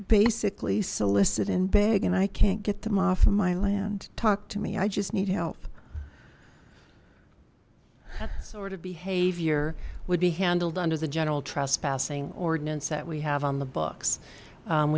basically solicit and beg and i can't get them off my land talk to me i just need help sort of behavior would be handled under the general trespassing ordinance that we have on the books